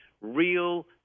real